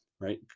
right